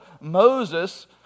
Moses